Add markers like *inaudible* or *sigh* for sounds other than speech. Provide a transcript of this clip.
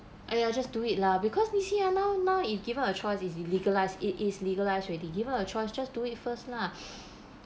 !aiya! just do it lah because you see ah now now if given a choice is legalised it is legalised already given a choice just do it first lah *breath*